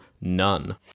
None